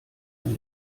wenn